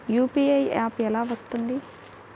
UPI app ఎలా వస్తుంది?